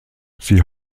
sie